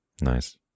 Nice